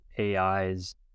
AIs